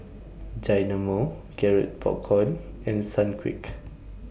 Dynamo Garrett Popcorn and Sunquick